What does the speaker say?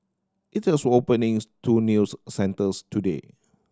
it is openings two news centres today